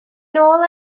nôl